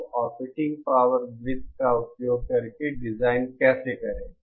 तो operating power वृत्त का उपयोग करके डिजाइन कैसे करें